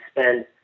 spend